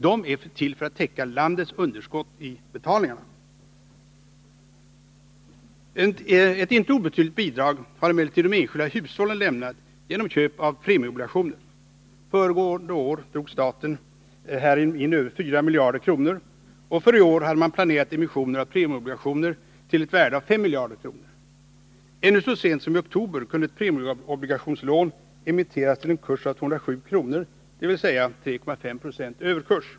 De är till för att täcka landets underskott i betalningarna. Ett inte obetydligt bidrag har emellertid de enskilda hushållen lämnat genom köp av premieobligationer. Föregående år drog staten härigenom in över 4 miljarder kronor, och för i år hade man planerat emissioner av premieobligationer till ett värde av 5 miljarder kronor. Ännu så sent som i oktober kunde ett premieobligationslån emitteras till en kurs av 207 kr., dvs. 3,5 Zo överkurs.